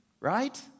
right